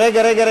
רגע,